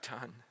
done